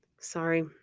Sorry